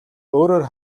өөрөөр